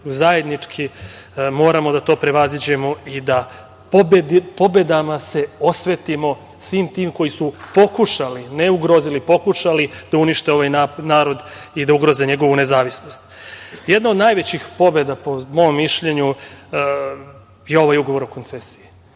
zajednički moramo to da prevaziđemo i da pobedama se osvetimo svim tim koji su pokušali, ne ugrozili, pokušali da unište ovaj narod i da ugroze njegovu nezavisnost. Jedna od najvećih pobeda po mom mišljenju je ovaj ugovor o Koncesiji.